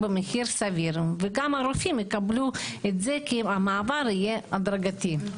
במחיר סביר וגם הרופאים יקבלו את זה כי המעבר יהיה הדרגתי.